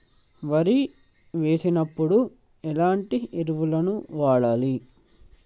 వరి వేసినప్పుడు ఎలాంటి ఎరువులను వాడాలి?